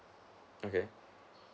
okay